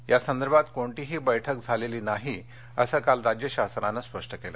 या संदर्भात कोणतीही बैठक झालेली नाही असं काल राज्य शासनानं स्पष्ट केलं